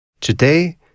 Today